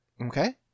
okay